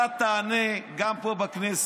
אתה תענה, גם פה בכנסת,